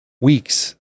weeks